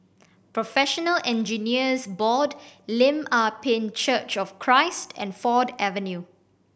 Professional Engineers Board Lim Ah Pin Church of Christ and Ford Avenue